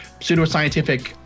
pseudoscientific